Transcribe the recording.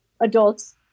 adults